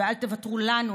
ואל תוותרו לנו,